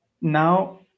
Now